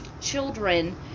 children